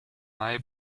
mai